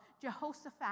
Jehoshaphat